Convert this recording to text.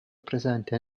presente